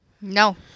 No